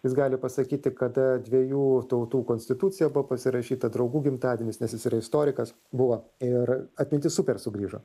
jis gali pasakyti kada dviejų tautų konstitucija buvo pasirašyta draugų gimtadienius nes jis yra istorikas buvo ir atmintis super sugrįžo